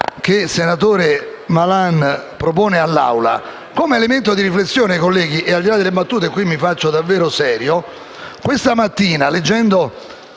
Grazie